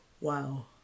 wow